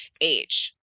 age